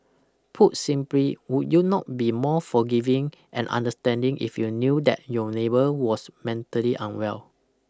put simply would you not be more forgiving and understanding if you knew that your neighbour was mentally unwell